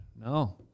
No